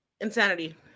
insanity